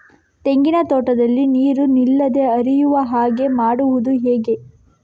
ತೆಂಗಿನ ತೋಟದಲ್ಲಿ ನೀರು ನಿಲ್ಲದೆ ಹರಿಯುವ ಹಾಗೆ ಮಾಡುವುದು ಹೇಗೆ?